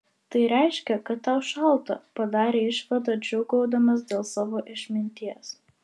tai reiškia kad tau šalta padarė išvadą džiūgaudamas dėl savo išminties